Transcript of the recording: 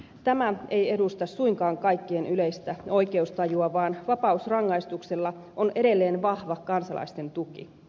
tämä ei edusta suinkaan kaikkien yleistä oikeustajua vaan vapausrangaistuksella on edelleen vahva kansalaisten tuki